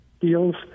deals